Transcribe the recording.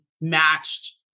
matched